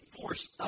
force